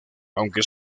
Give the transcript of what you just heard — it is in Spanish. aunque